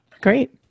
Great